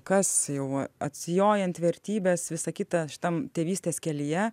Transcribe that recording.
kas jau atsijojant vertybes visa kita šitam tėvystės kelyje